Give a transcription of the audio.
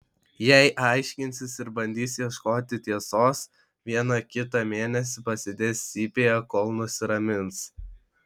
jei aiškinsis ir bandys ieškoti tiesos vieną kitą mėnesį pasėdės cypėje kol nusiramins